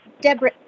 Deborah